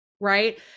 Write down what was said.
right